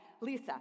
Lisa